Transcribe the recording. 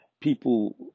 People